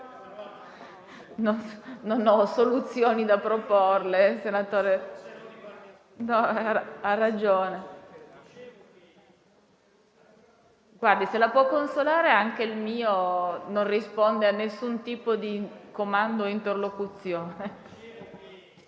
Non ho soluzioni da proporle, senatore. Ha ragione. Se la può consolare, anche il mio non risponde a nessun tipo di comando o interlocuzione.